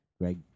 Greg